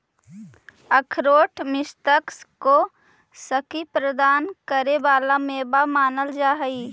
अखरोट मस्तिष्क को शक्ति प्रदान करे वाला मेवा मानल जा हई